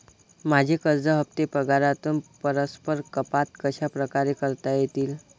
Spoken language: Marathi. माझे कर्ज हफ्ते पगारातून परस्पर कपात कशाप्रकारे करता येतील?